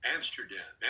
Amsterdam